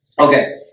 Okay